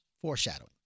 foreshadowing